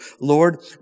Lord